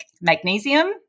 magnesium